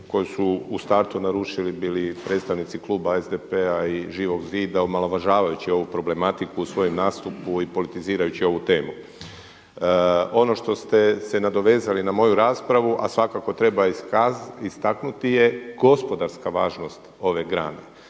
koju su u startu naručili bili predstavnici kluba SDP-a i Živog zida omalovažavajući ovu problematiku u svojem nastupu i politizirajući ovu temu. Ono što ste se nadovezali na moju raspravu, a svakako treba istaknuti je gospodarska važnost ove grane.